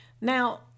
Now